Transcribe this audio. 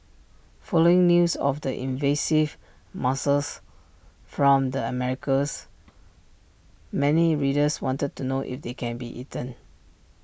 following news of the invasive mussel from the Americas many readers wanted to know if they can be eaten